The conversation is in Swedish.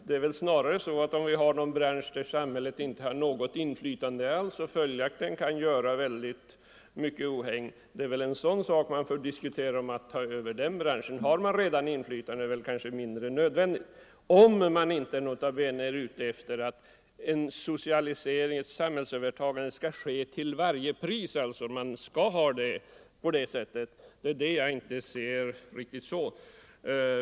Det är väl snarare så, att om vi har en bransch över vilken samhället inte har något inflytande alls och som följaktligen kan göra mycket ohägn, kan vi diskutera, om staten skall ta över den branschen. Har staten redan ett inflytande, är det väl mindre nödvändigt - nota bene om man inte är ute efter att ett samhällsövertagande skall ske till varje pris. Jag ser inte frågan riktigt på det sättet.